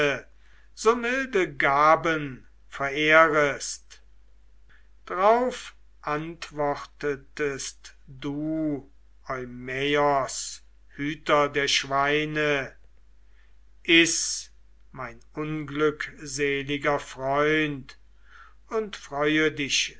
so milde gaben verehrest drauf antwortetest du eumaios hüter der schweine iß mein unglückseliger freund und freue dich